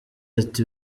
ati